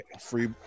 free